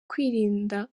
kwirinda